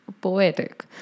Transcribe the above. Poetic